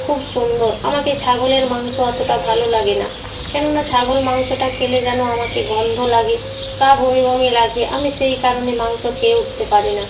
খুব সুন্দর আমাকে ছাগলের মাংস অতটা ভালো লাগে না কেননা ছাগল মাংসটা খেলে যেন আমাকে গন্ধ লাগে গা বমি বমি লাগে আমি সেই কারণে মাংস খেয়ে উটতে পারি না